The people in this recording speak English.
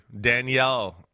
Danielle